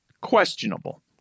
Questionable